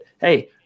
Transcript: hey